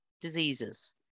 diseases